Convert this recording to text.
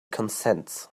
consents